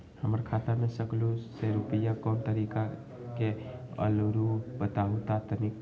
हमर खाता में सकलू से रूपया कोन तारीक के अलऊह बताहु त तनिक?